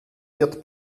wird